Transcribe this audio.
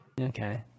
Okay